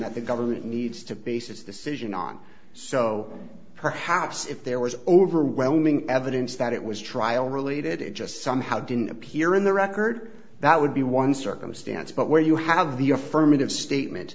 that the government needs to be says decision on so perhaps if there was overwhelming evidence that it was trial related it just somehow didn't appear in the record that would be one circumstance but where you have the affirmative statement